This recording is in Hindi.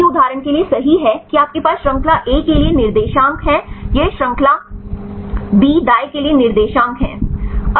चेन बी उदाहरण के लिए सही है कि आपके पास श्रृंखला ए के लिए निर्देशांक हैं यह श्रृंखला बी दाएं के लिए निर्देशांक है